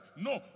No